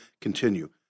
continue